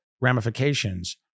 ramifications